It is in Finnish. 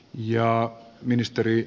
arvoisa puhemies